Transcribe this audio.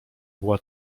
była